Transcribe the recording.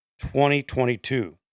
2022